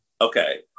Okay